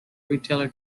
retailer